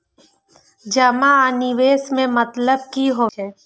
जमा आ निवेश में मतलब कि होई छै?